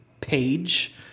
page